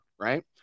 right